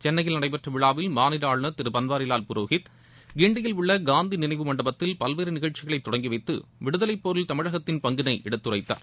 சென்னையில் நடைபெற்ற விழாவில் மாநில ஆளுநர் திரு பன்வாரிலால் புரோகித் கிண்டியில் உள்ள காந்தி நினைவு மண்டபத்தில் பல்வேறு நிகழ்ச்சிகளை தொடங்கி வைத்து விடுதலை போரில் தமிழகத்தின் பங்கிளை எடுத்துரைத்தார்